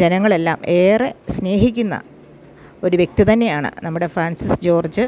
ജനങ്ങളെല്ലാം ഏറെ സ്നേഹിക്കുന്ന ഒരു വ്യക്തി തന്നെയാണ് നമ്മുടെ ഫ്രാൻസിസ് ജോർജ്